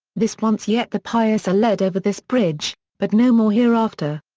this once yet the pious are led over this bridge, but no more hereafter.